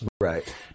Right